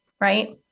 right